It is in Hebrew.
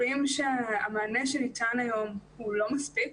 המענה שניתן לדברים האלה היום לא מספיק